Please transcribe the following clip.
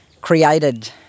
created